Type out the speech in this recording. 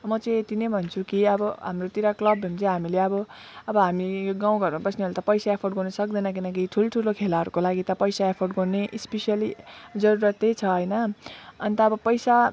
म चाहिँ यति म भन्छु कि अब हाम्रोतिर क्लब भने चाहिँ हामीले अब अब हामी गाउँ घरमा बस्नेहरूले त पैसा अफोर्ड गर्नु सक्दैन किनकि ठुल्ठुलो खेलाहरूको लागि त पैसा अफोर्ड गर्ने स्पेसियल्ली जरुरत त्यही छ होइन अन्त अब पैसा